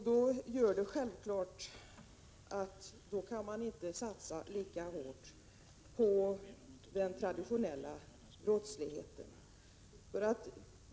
Det gör självfallet att man inte kan satsa lika hårt som tidigare på den traditionella brottsligheten.